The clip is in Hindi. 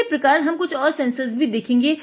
इसी प्रकार हम कुछ और सेन्सर्स को भी देखेंगे